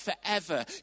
forever